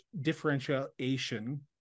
differentiation